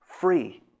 free